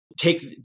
take